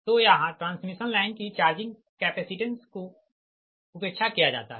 तो यहाँ transmission line की चार्जिंग कैपेसिटेंस को उपेक्षा किया जाता है